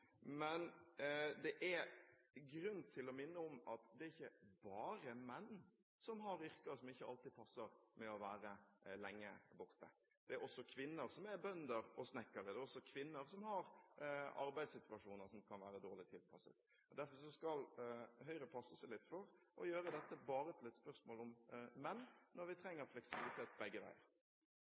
men det er grunn til å minne om at det er ikke bare menn som har yrker som ikke alltid passer med å være lenge borte. Det er også kvinner som er bønder og snekkere, det er også kvinner som har arbeidssituasjoner som kan være dårlig tilpasset. Derfor skal Høyre passe seg litt for å gjøre dette bare til et spørsmål om menn når vi trenger fleksibilitet begge veier.